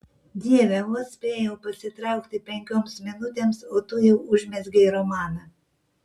dieve vos spėjau pasitraukti penkioms minutėms o tu jau užmezgei romaną